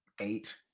eight